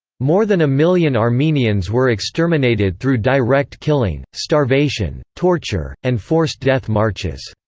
more than a million armenians were exterminated through direct killing, starvation, torture, and forced death marches.